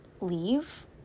leave